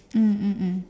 mm mm mm